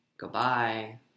Goodbye